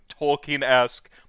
Tolkien-esque